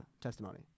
testimony